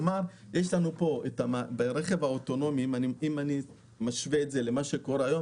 זאת אומרת ברכב האוטונומי בהשוואה להיום